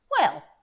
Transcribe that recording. Well